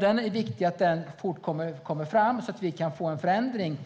det är viktigt att den fort kommer fram så att vi kan få en förändring.